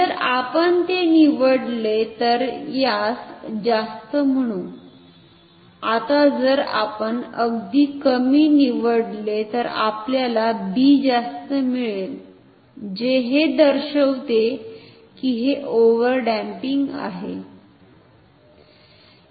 जर आपण ते निवडले तर यास जास्त म्हणू आता जर आपण अगदी कमी निवडले तर आपल्याला b जास्त मिळेल जे हे दर्शविते की हे ओव्हर डॅम्पिंग आहे